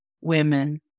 women